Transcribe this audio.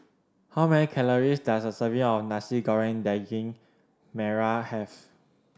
how many calories does a serving of Nasi Goreng Daging Merah have